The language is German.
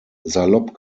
salopp